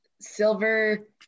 Silver